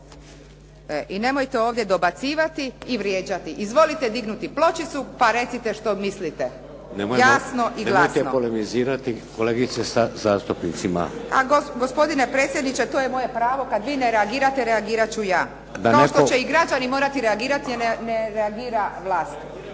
i nemojte ovdje dobacivati i vrijeđati. Izvolite dignuti pločicu pa recite što mislite, jasno i glasno. **Šeks, Vladimir (HDZ)** Nemojte polemizirati kolegice sa zastupnicima. **Antičević Marinović, Ingrid (SDP)** A gospodine predsjedniče, to je moje pravo, kada vi ne reagirate, reagirati ću ja. Kao što će i građani morati reagirati jer ne reagira vlast.